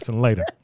later